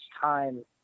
time